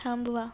थांबवा